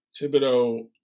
Thibodeau